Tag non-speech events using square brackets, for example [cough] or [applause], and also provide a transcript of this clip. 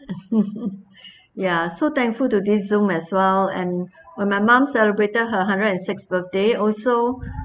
[laughs] ya so thankful to this zoom as well and when my mum celebrated her hundred and sixth birthday also